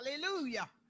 Hallelujah